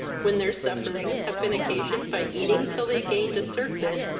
when their sufferings have been occasioned by eating till they gained a surfeit,